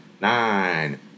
nine